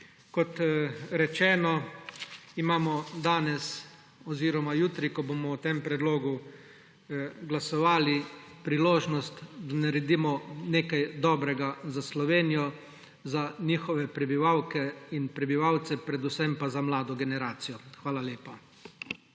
Kot rečeno, imamo danes oziroma jutri, ko bomo o tem predlogu glasovali, priložnost, da naredimo nekaj dobrega za Slovenijo za njihove prebivalke in prebivalcev, predvsem pa za mlado generacijo. Hvala lepa.